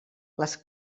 les